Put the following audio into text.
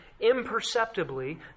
imperceptibly